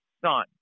son